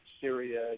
Syria